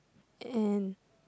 and